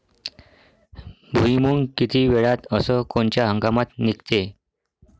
भुईमुंग किती वेळात अस कोनच्या हंगामात निगते?